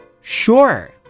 Sure